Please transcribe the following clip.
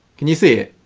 can you see it?